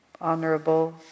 honorable